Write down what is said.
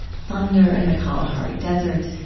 thunder in the kalahari desert,